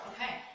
Okay